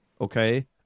Okay